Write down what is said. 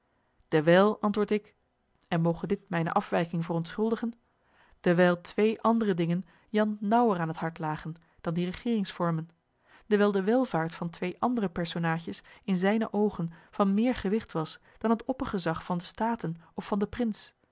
dewijl antwoord ik en moge dit mijne afwijking verontschuldigen dewijl twee andere dingen jan naauwer aan het hart lagen dan die regeringsvormen dewijl de welvaart van twee andere personaadjes in zijne oogen van meer gewigt was dan het oppergezag van de staten of van den prins